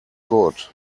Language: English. good